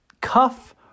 cuff